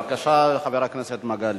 בבקשה, חבר הכנסת מגלי.